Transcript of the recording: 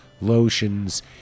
lotions